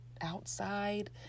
outside